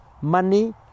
money